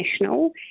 national